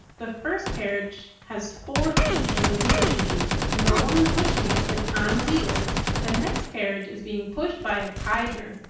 the first carriage has four feet where the wheels should be and the woman pushing it is on wheels. the next carriage is being pushed by a tiger.